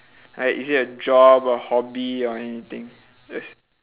like is it a job or hobby or anything